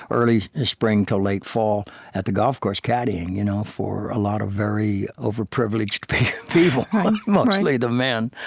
early spring to late fall at the golf course, caddying you know for a lot of very over-privileged people, mostly the men.